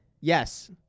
Yes